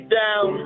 down